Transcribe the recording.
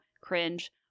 cringe